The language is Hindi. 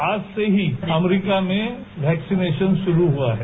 आज से ही अमरीका में वैक्सीनेशन शुरू हुआ है